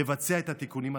לבצע את התיקונים הדרושים.